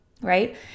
Right